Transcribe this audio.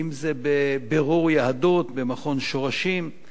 אם זה בבירור יהדות במכון "שורשים";